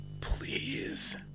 please